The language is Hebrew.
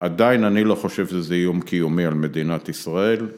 עדיין אני לא חושב שזה איום קיומי על מדינת ישראל.